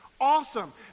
Awesome